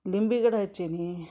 ಲಿಂಬೆಗಿಡ ಹಚ್ಚೀನಿ